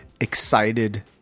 Excited